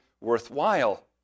worthwhile